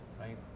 right